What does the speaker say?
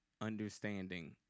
understanding